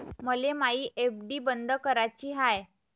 मले मायी एफ.डी बंद कराची हाय